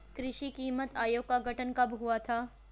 कृषि कीमत आयोग का गठन कब हुआ था?